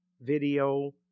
video